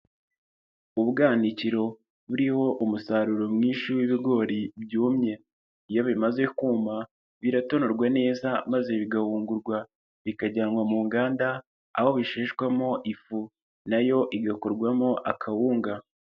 Ubwanikiro buriho umusaruro mwinshi w'ibigori byumye, iyo bimaze kuma biratonorwa neza maze bigahungungurwa bikajyanwa mu nganda aho bisheshwamo ifu nayo igakorwamo akawunga.